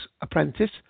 Apprentice